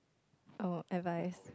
I will advice